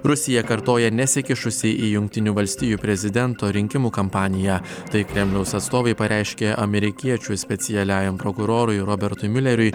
rusija kartoja nesikišusi į jungtinių valstijų prezidento rinkimų kampaniją taip kremliaus atstovai pareiškė amerikiečių specialiajam prokurorui robertui miuleriui